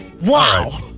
Wow